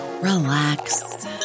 relax